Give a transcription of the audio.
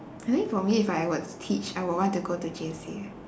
I think for me if I were to teach I would want to go to J_C